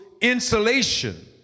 insulation